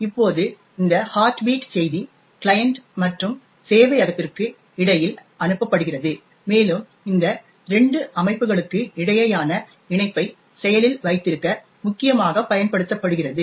இப்போது இந்த heart beat செய்தி கிளையன்ட் மற்றும் சேவையகத்திற்கு இடையில் அனுப்பப்படுகிறது மேலும் இந்த இரண்டு அமைப்புகளுக்கிடையேயான இணைப்பை செயலில் வைத்திருக்க முக்கியமாகப் பயன்படுத்தப்படுகிறது